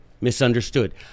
misunderstood